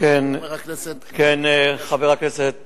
חבר הכנסת